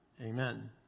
Amen